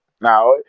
Now